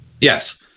yes